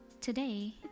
Today